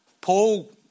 Paul